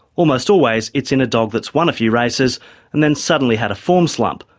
almost always, it's in a dog that's won a few races and then suddenly had a form slump,